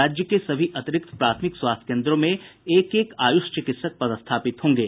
राज्य के सभी अतिरिक्त प्राथमिक स्वास्थ्य कोन्द्रों में एक एक आयुष चिकित्सक पदस्थापित होंगे